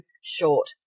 short